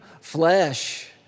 flesh